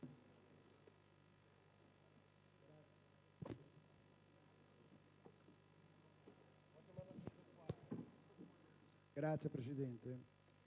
Grazie, Presidente,